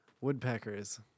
Woodpeckers